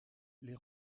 les